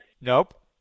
nope